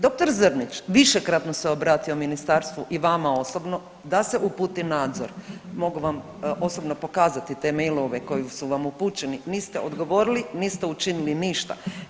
Dr. Zrnić višekratno se obratio ministarstvu i vama osobno da se uputi nadzor, mogu vam osobno pokazati te mailove koji su vam upućeni, niste odgovorili, niste učinili ništa.